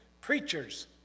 preachers